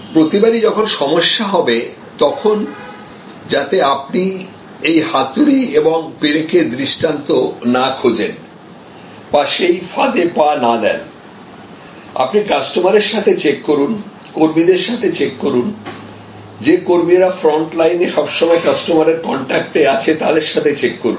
প্রতিবারই যখন সমস্যা হবে তখন যাতে আপনি এই হাতুড়ি এবং পেরেকের দৃষ্টান্ত না খোঁজেন বা সেই ফাঁদে পা না দেন আপনি কাস্টমারের সাথে চেক করুন কর্মীদের সাথে চেক করুন যে কর্মীরা ফ্রন্টলাইনে সবসময় কাস্টমারের কন্টাক্ট এ আছে তাদের সাথে চেক করুন